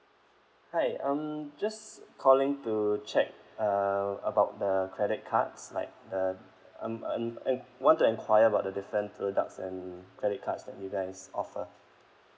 hi um just calling to check uh about the credit cards like the um want to enquire about the different products and credit cards that you guys offer